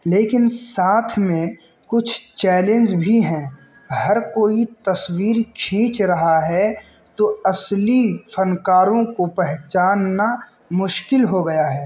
لیکن ساتھ میں کچھ چیلنج بھی ہیں ہر کوئی تصویر کھینچ رہا ہے تو اصلی فنکاروں کو پہچاننا مشکل ہو گیا ہے